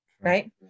right